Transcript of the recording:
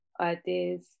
ideas